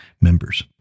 members